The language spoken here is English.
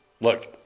look